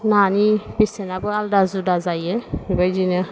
नानि बेसेनाबो आलदा जुदा जायो बेबायदिनो